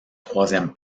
troisième